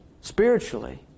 spiritually